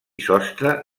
sostre